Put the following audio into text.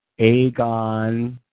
Aegon